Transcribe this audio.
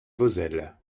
vauzelles